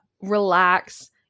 relax